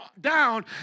down